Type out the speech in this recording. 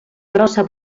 grossa